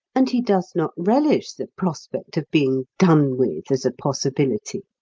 and he does not relish the prospect of being done with as a possibility.